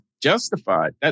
justified